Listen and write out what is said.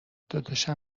داداشم